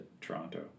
Toronto